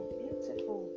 beautiful